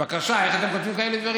בבקשה, איך אתם כותבים כאלה דברים?